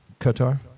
qatar